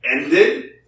ended